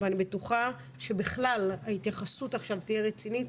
ואני בטוחה שבכלל ההתייחסות עכשיו תהיה רצינית.